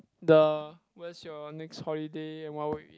the where's your next holiday and what will you eat